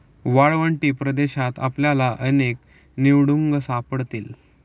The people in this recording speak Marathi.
वाळवंटी प्रदेशात आपल्याला अनेक निवडुंग सापडतील